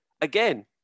Again